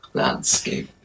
landscape